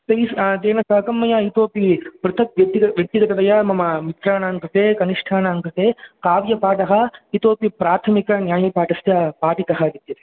तैस् तेन साकम् इतोऽपि पृथक् व्यक्तिगततया मम मित्राणां कृते कनिष्ठानां कृते काव्यपाठः इतोऽपि प्राथमिकन्यायपाठश्च पाठितः विद्यते